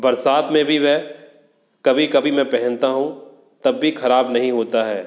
बरसात में भी वे कभी कभी मैं पहनता हूँ तब भी ख़राब नहीं होता है